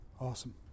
Awesome